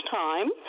time